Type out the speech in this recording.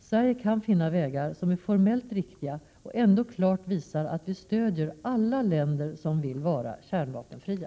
Sverige kan finna vägar som är formellt riktiga men ändå klart visar att vi stöder alla länder som vill vara kärnvapenfria.